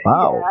Wow